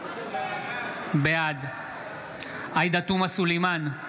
בעד עאידה תומא סלימאן,